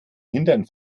hintern